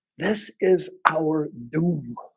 this is our doom